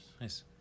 Nice